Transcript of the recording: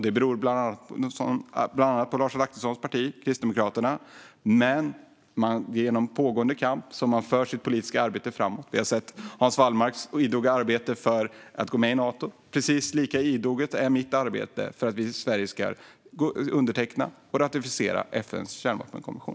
Det beror bland annat på Lars Adaktussons parti, Kristdemokraterna. Men det är genom en pågående kamp som man för sitt politiska arbete framåt. Vi har sett Hans Wallmarks idoga arbete för att vi ska gå med i Nato. Precis lika idogt är mitt arbete för att vi i Sverige ska underteckna och ratificera FN:s kärnvapenkonvention.